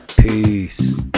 Peace